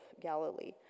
Galilee